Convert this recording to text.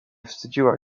wstydziła